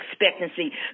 expectancy